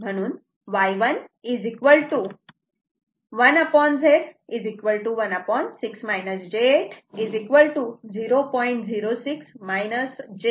म्हणून Y1 1 Z 1 6 j 8 0